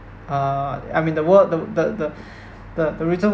uh I mean the world the the the the reason